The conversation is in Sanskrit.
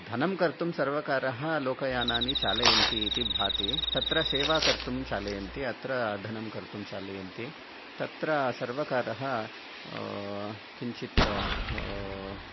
धनं कर्तुं सर्वकारः लोकयानानि चालयन्ति इति भाति तत्र सेवा कर्तुं चालयन्ति अत्र धनं कर्तुं चालयन्ति तत्र सर्वकारः किञ्चित्